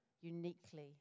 uniquely